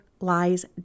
lies